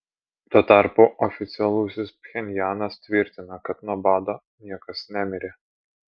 tuo tarpu oficialusis pchenjanas tvirtina kad nuo bado niekas nemirė